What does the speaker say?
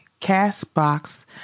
Castbox